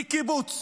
בקיבוץ,